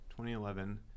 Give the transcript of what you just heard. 2011